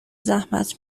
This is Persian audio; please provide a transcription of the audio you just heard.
زحمت